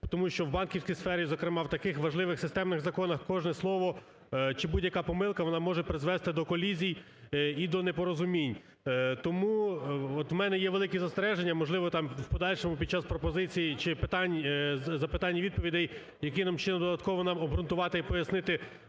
тому що в банківській сфері, зокрема в таких важливих системних законах кожне слово чи будь-яка помилка, вона може призвести до колізій і до непорозумінь. Тому от в мене є великі застереження, можливо, там в подальшому під час пропозицій чи запитань і відповідей, якимось чином додатково нам обґрунтувати і пояснити